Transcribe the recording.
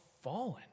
fallen